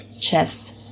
chest